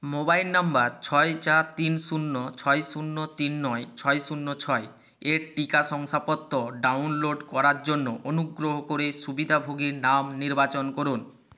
mobile number ছয় চার তিন শূন্য ছয় শূন্য তিন নয় ছয় শূন্য ছয় এর টিকা শংসাপত্র ডাউনলোড করার জন্য অনুগ্রহ করে সুবিধাভোগীর নাম নির্বাচন করুন